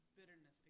bitterness